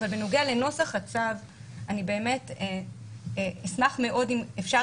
אבל בנוגע לנוסח הצו אני אשמח מאוד אם אפשר